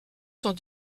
sont